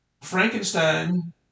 Frankenstein